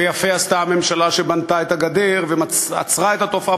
ויפה עשתה הממשלה שבנתה את הגדר ועצרה את התופעה.